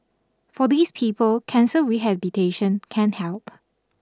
for these people cancer rehabilitation can help